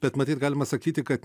bet matyt galima sakyti kad